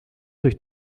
durch